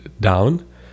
down